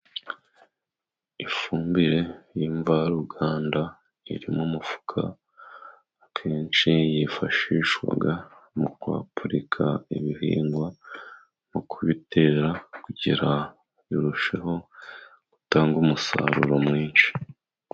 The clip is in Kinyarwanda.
Ifumbire y'imvaruganda iri mu mufuka, akenshi yifashishwa mu kwapurika ibihingwa mu kubitera, kugira birusheho gutanga umusaruro mwinshi.